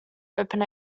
open